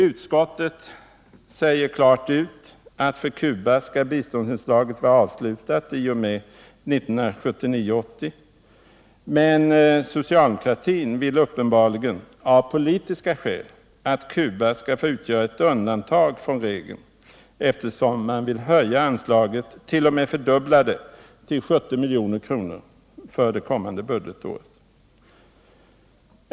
Utskottet säger klart ut att för Cuba skall biståndsinslaget vara avslutat i och med 1979/80 — men socialdemokraterna vill uppenbarligen av politiska skäl att Cuba skall få utgöra ett undantag från regeln, eftersom de vill höja anslaget, t.o.m. fördubbla det, till 70 milj.kr. för det kommande budgetåret.